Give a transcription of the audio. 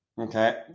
Okay